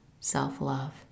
self-love